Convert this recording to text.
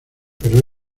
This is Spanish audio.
pero